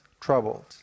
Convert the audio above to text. troubled